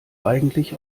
eigentlich